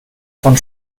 von